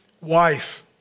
wife